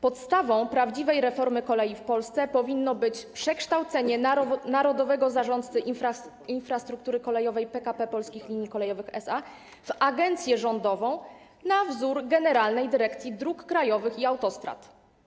Podstawą prawdziwej reformy kolei w Polsce powinno być przekształcenie narodowego zarządcy infrastruktury kolejowej PKP Polskich Linii Kolejowych SA w agencję rządową na wzór Generalnej Dyrekcji Dróg Krajowych i Autostrad.